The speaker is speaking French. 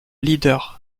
leader